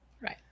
Right